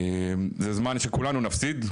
זה זמן שכולנו נפסיד,